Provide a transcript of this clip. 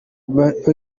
bahiga